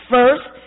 First